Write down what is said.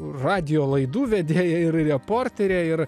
radijo laidų vedėja ir reporterė ir